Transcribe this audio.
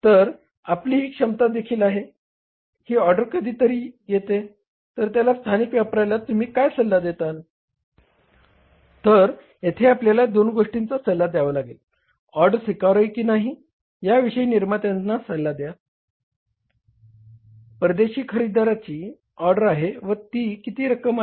तर आपली ही क्षमता देखील आहे ही ऑर्डर कधी तरी येते तर आता स्थानिक व्यापाऱ्याला तुम्ही काय सल्ला देताल तर येथे आपल्याला दोन गोष्टींचा सल्ला द्यावा लागेल ऑर्डर स्वीकारावी की नाही याविषयी निर्मात्याना सल्ला द्या परदेशी खरेदीदाराची ऑर्डर आहे व ती किती रक्कम आहे